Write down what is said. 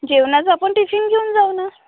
जेवणाचं आपण टिफिन घेऊन जाऊ ना